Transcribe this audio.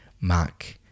mark